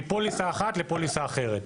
מפוליסה אחת לפוליסה אחרת.